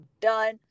done